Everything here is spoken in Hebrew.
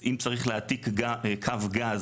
אם צריך להעתיק קו גז,